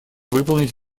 выполнить